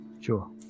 Sure